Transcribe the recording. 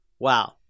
Wow